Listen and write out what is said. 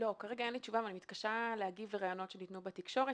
כרגע אין לי תשובה ואני מתקשה להגיב לראיונות שניתנו בתקשורת.